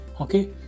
Okay